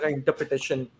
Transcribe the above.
Interpretation